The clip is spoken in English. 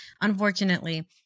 Unfortunately